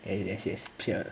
eh yes yes peer